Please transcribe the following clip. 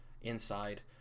Inside